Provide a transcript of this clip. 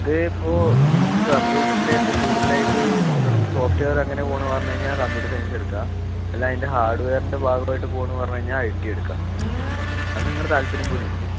അതിപ്പോൾ നിങ്ങൾക്ക് കമ്പ്യൂട്ടറിൻറ്റെ ഇപ്പോൾ കൂടുതലായിട്ടു നോക്കണം ഇപ്പോൾ സോഫ്റ്റ് വെയർ അങ്ങനെ പോകാണ് പറഞ്ഞു കഴിഞ്ഞാൽ കമ്പ്യൂട്ടർ സയൻസെടുക്കുക അല്ല അതിൻറ്റെ ഹാർഡ്വെയറിൻറ്റെ ഭാഗമായിട്ട് പോകുവാണ് പറഞ്ഞ ഐടി എടുക്കുക അത് നിങ്ങളുടെ താല്പര്യം പോലെ ഇരിക്കും